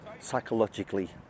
psychologically